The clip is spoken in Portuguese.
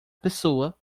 pessoa